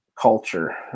culture